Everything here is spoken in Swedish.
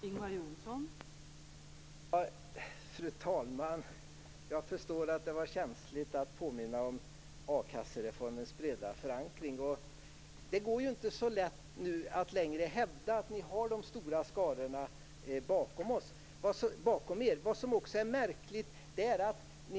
Fru talman! Jag förstår att det var känsligt att påminna om a-kassereformens breda förankring. Det går ju inte längre så lätt att hävda att ni har de stora skarorna bakom er.